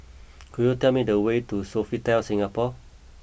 could you tell me the way to Sofitel Singapore